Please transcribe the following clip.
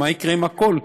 מה יקרה עם הכול?